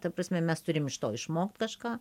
ta prasme mes turim iš to išmokt kažką